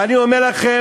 ואני אומר לכם,